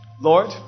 Lord